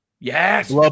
yes